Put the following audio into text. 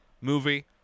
movie